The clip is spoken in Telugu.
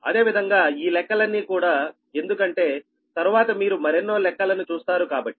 అదే విధంగా ఈ లెక్కలన్నీ కూడా ఎందుకంటే తరువాత మీరు మరెన్నో లెక్కలను చూస్తారు కాబట్టి